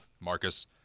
Marcus